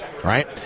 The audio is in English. Right